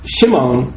Shimon